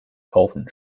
kaufen